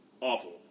Awful